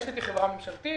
רש"ת היא חברה ממשלתית,